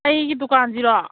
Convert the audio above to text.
ꯑꯩꯒꯤ ꯗꯨꯀꯥꯟꯁꯤꯔꯣ